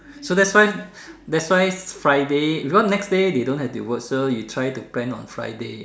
so that's why that's why Friday because next day they don't have to work so you try to plan on Friday